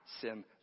sin